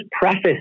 preface